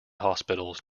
hospitals